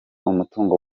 umutungo